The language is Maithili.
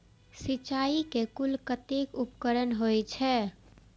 सिंचाई के कुल कतेक उपकरण होई छै?